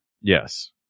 Yes